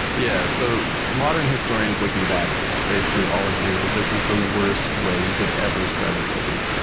yeah, so modern historians looking back basically all agree that this was the worst way you could ever start a city,